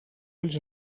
ulls